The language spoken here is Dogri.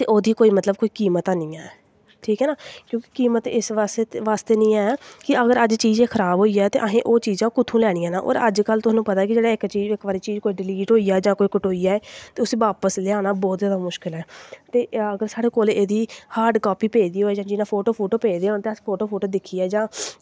ते ओह्दी मतलब कोई कीमत नेईं ऐ ठीक ऐ ना क्योंकि कीमत इस बास्तै निं ऐ अगर चीज़ अज्ज एह् खराब होई जाए ते असें ओह् चीज़ां कुत्थूं लैनियां न अजकल्ल तुआनू पता ऐ कि जेह्ड़ी इक चीज़ इक बारी कोई डलीट होई जां कोई कटोई जा ते उस्सी बापस लेआना बौह्त जैदा मुश्कल ऐ ते अगर साढ़े कोल एह्दा हार्ड़ कापी पेदी होऐ जां जि'यां फोटो फाटो पेदे होन तां अस फोटो फाटो दिक्खियै जां जेह्ड़ी